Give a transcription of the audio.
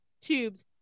tubes